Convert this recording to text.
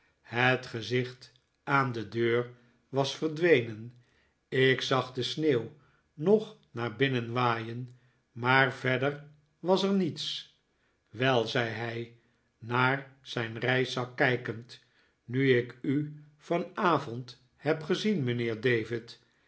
het gezicht aan de deur was verdwenen ik zag de sneeuw nog naar binnenwaaien maar verder was er niets wel zei hij naar zijn reiszak kijkend nu ik u vanavond heb gezien mijnheer david